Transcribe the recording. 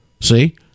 See